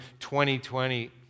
2020